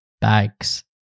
bags